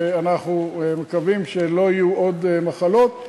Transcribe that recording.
ואנחנו מקווים שלא יהיו עוד מחלות.